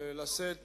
לשאת